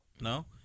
no